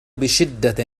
بشدة